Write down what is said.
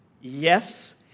Yes